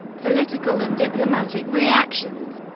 political and diplomatic reactions